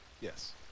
Yes